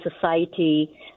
society